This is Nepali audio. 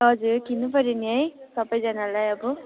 हजुर किन्नुपऱ्यो नि है सबैजनालाई अब